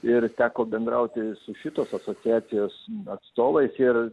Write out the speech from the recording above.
ir teko bendrauti su šitos asociacijos atstovais ir